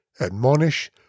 admonish